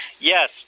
Yes